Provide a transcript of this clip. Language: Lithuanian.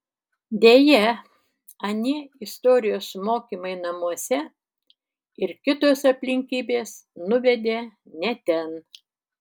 deja anie istorijos mokymai namuose ir kitos aplinkybės nuvedė ne ten